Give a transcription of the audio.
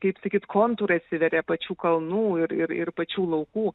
kaip sakyt kontūrai atsiveria pačių kalnų ir ir ir pačių laukų